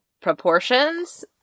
proportions